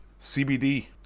CBD